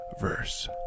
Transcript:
Verse